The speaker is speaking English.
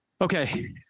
Okay